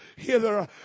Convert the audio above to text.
hither